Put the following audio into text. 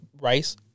rice